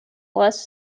less